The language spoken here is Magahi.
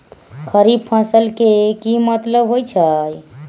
खरीफ फसल के की मतलब होइ छइ?